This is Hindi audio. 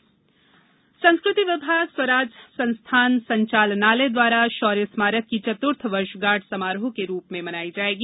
शौर्य स्मारक वर्षगॉठ संस्कृति विभाग स्वराज संस्थान संचालनालय द्वारा शौर्य स्मारक की चतृर्थ वर्षगाँठ समारोह के रूप में मनाई जायेगी